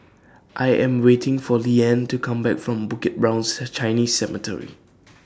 I Am waiting For Liane to Come Back from Bukit Brown's Chinese Cemetery